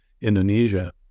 Indonesia